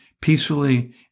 peacefully